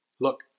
Look